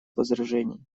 возражений